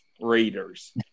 Raiders